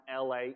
LA